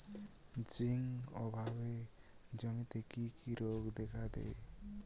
Zinc অভাবে জমিতে কি কি রোগ দেখাদেয়?